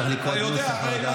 השר צריך לקרוא את נוסח ההודעה.